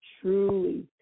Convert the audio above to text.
truly